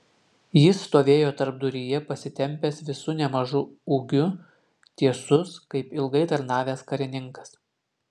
jis stovėjo tarpduryje pasitempęs visu nemažu ūgiu tiesus kaip ilgai tarnavęs karininkas